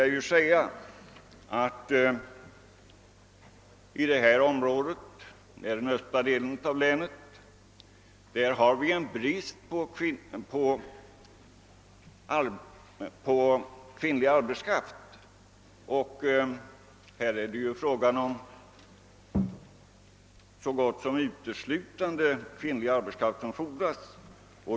Men i det område som det här gäller — det är den östra delen av länet — råder det brist på kvinnlig arbetskraft, och det är nästan uteslutande sådan arbetskraft som fordras.